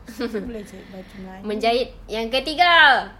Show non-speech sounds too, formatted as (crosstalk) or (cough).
(laughs) menjahit yang ketiga